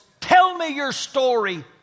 tell-me-your-story